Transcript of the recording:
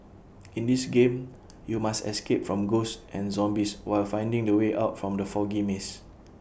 in this game you must escape from ghosts and zombies while finding the way out from the foggy maze